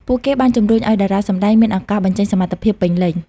ពួកគេបានជំរុញឱ្យតារាសម្តែងមានឱកាសបញ្ចេញសមត្ថភាពពេញលេញ។